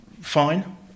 fine